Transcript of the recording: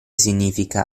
significa